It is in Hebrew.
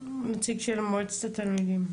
אחרי הבחירות, אין לנו נציגות רשמית בעירייה.